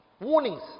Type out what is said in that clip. Warnings